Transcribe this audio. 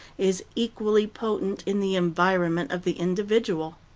is equally potent in the environment of the individual.